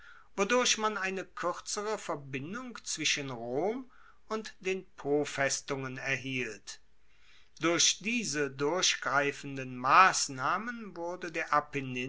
wodurch man eine kuerzere verbindung zwischen rom und den pofestungen erhielt durch diese durchgreifenden massnahmen wurde der